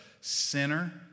sinner